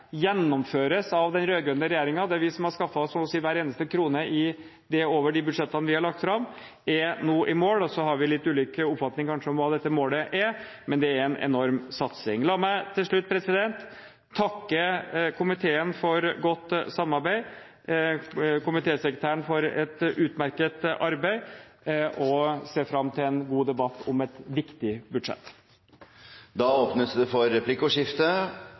gjennomføres av den rød-grønne regjeringen – det er vi som har skaffet så å si hver eneste krone over de budsjettene vi har lagt fram – er nå i mål. Så har vi kanskje litt ulike oppfatninger om hva dette målet er, men det er en enorm satsing. La meg til slutt takke komiteen for godt samarbeid og komitésekretæren for et utmerket arbeid. Jeg ser fram til en god debatt om et viktig budsjett. Det blir replikkordskifte. For